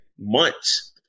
Months